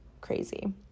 crazy